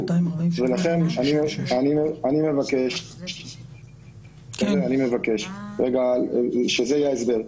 ולכן אני מבקש שזה יהיה ההסבר,